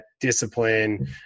discipline